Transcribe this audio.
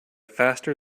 faster